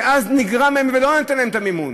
ואז נגרע מהם ולא ניתן להם את המימון.